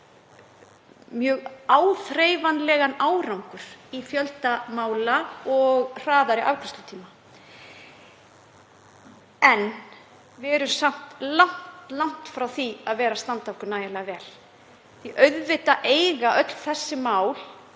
mjög áþreifanlegan árangur í fjölda mála og hraðari afgreiðslutíma. Við erum samt langt frá því að standa okkur nægilega vel því að auðvitað eiga öll þessi mál